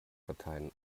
dateien